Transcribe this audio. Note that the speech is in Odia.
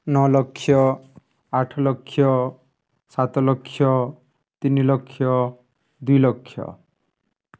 ନଅ ଲକ୍ଷ ଆଠ ଲକ୍ଷ ସାତ ଲକ୍ଷ ତିନିି ଲକ୍ଷ ଦୁଇ ଲକ୍ଷ